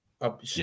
up